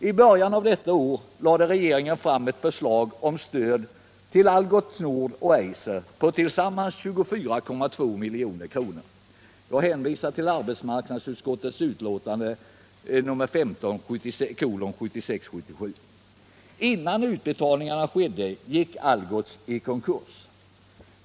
I början av detta år lade regeringen fram ett förslag om stöd till Algots Nord och Eiser på tillsammans 24,2 milj.kr. Jag hänvisar till arbetsmarknadsutskottets betänkande 1976/77:15. Innan utbetalningarna skedde gick Algots i konkurs.